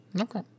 Okay